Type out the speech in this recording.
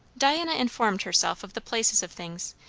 diana informed herself of the places of things,